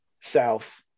south